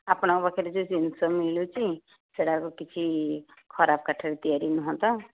ଆପଣଙ୍କ ପାଖରେ ଯେଉଁ ଜିନିଷ ମିଳୁଛି ସେଗୁଡ଼ାକ କିଛି ଖରାପ କାଠରୁ ତିଆରି ନୁହେଁ ତ